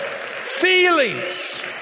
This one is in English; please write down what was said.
feelings